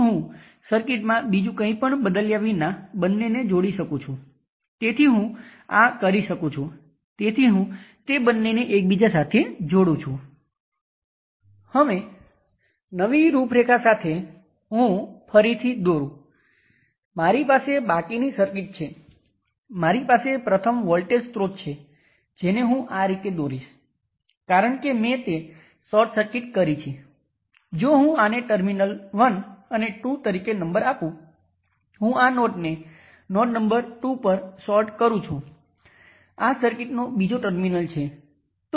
હવે ચાલો બીજા કેસ પર વિચાર કરીએ આમાં 1 કિલો Ω રેઝિસ્ટર છે હું Vx ને આ રીતે વ્યાખ્યાયિત કરીશ અને આ વોલ્ટેજ કંટ્રોલ કરંટ સોર્સ 0